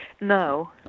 No